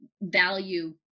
value